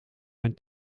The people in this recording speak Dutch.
mijn